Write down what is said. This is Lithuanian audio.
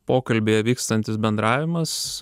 pokalbyje vykstantis bendravimas